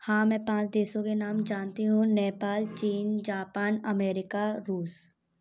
हाँ मैं पाँच देशों के नाम जानती हूँ नेपाल चीन जापान अमेरिका रूस